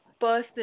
person